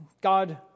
God